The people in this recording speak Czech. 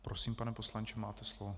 Prosím, pane poslanče, máte slovo.